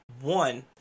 One